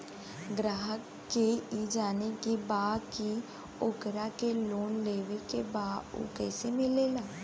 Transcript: ग्राहक के ई जाने के बा की ओकरा के लोन लेवे के बा ऊ कैसे मिलेला?